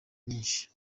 nyinshi